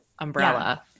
umbrella